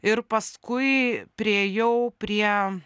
ir paskui priėjau prie